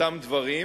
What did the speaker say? אותם דברים,